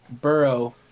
Burrow